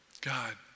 God